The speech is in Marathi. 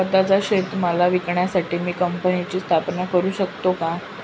स्वत:चा शेतीमाल विकण्यासाठी मी कंपनीची स्थापना करु शकतो का?